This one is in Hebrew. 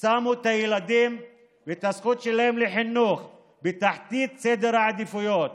שמו את הילדים ואת הזכות שלהם לחינוך בתחתית סדר העדיפויות,